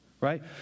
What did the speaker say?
right